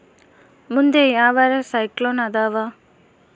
ಮುಂದೆ ಯಾವರ ಸೈಕ್ಲೋನ್ ಅದಾವ?